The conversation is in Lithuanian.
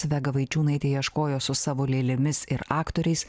vega vaičiūnaitė ieškojo su savo lėlėmis ir aktoriais